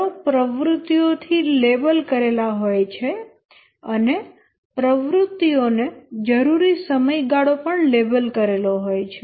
arrow પ્રવૃત્તિઓ થી label કરેલા હોય છે અને પ્રવૃત્તિઓ ને જરૂરી સમયગાળો પણ લેબલ કરેલો હોય છે